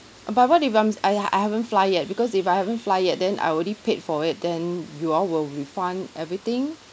but what if I'm I I haven't fly yet because if I haven't fly yet then I already paid for it then you all will refund everything